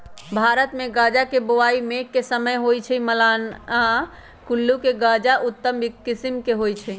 भारतमे गजा के बोआइ मेघ के समय होइ छइ, मलाना कुल्लू के गजा उत्तम किसिम के होइ छइ